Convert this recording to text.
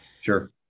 sure